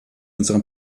unserem